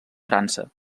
frança